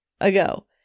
ago